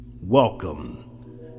Welcome